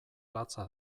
latza